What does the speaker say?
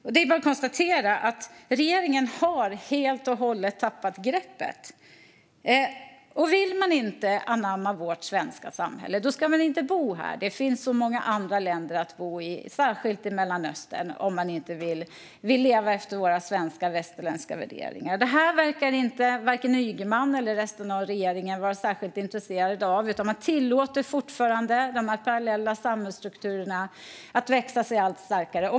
Det är bara att konstatera att regeringen helt och hållet har tappat greppet. Vill man inte anamma vårt svenska samhälle ska man inte bo här. Det finns så många andra länder att bo i, särskilt i Mellanöstern, om man inte vill leva efter våra svenska och västerländska värderingar. Det här verkar inte vare sig Ygeman eller resten av regeringen vara särskilt intresserade av, utan man tillåter fortfarande dessa parallella samhällsstrukturer att växa sig allt starkare.